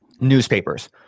newspapers